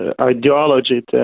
ideology